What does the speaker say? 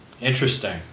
Interesting